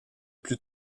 plus